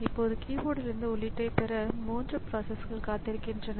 இப்போது ஒரு ஸிபியுவிற்க்கு பதிலாக இரண்டு ஸிபியுக்கள் பெற்றுள்ள சூழ்நிலை பற்றி சிந்தியுங்கள்